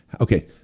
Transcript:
okay